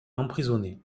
emprisonné